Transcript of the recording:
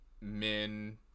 men